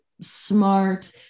smart